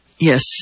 yes